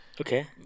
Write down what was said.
Okay